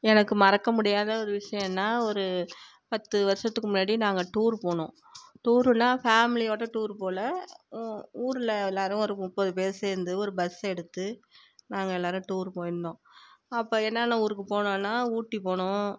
எனக்கு மறக்க முடியாத ஒரு விஷயன்னா ஒரு பத்து வருஷத்துக்கு முன்னாடி நாங்கள் டூர் போனோம் டூருன்னா ஃபேமிலியோட டூர் போல் ஊரில் எல்லாரும் ஒரு முப்பது பேர் சேர்ந்து ஒரு பஸ் எடுத்து நாங்கள் எல்லாரும் டூர் போய்ருந்தோம் அப்போ என்னான்னா ஊருக்கு போனோன்னா ஊட்டி போனோம்